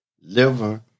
liver